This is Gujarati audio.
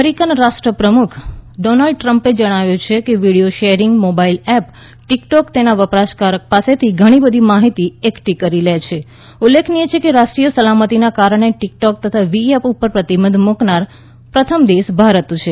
અમેરિકાના રાષ્ટ્ર પ્રમુખ ડોનાલ્ડ ટ્રમ્પે જણાવ્યું છે કે video sharing mobile app TikTok તેના વપરાશકાર પાસેથી ઘણી બધી માહિતી એકઠી કરી લે છ ઉલ્લેખનીય છે કે રાષ્ટ્રીય સલામતીના કારણસર ટિક ટૉક તથા વી ઍપ ઉપર પ્રતિબંધ મૂકનાર પ્રથમ દેસ ભારત છે